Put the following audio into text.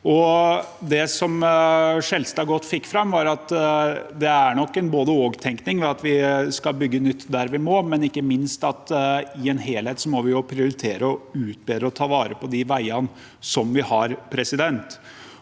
Det som Skjelstad fikk godt fram, var at det er nok en både–og-tenkning, at vi skal bygge nytt der vi må, men ikke minst at vi i en helhet også må prioritere å utbedre og ta vare på de veiene som vi har. Grunnen